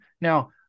Now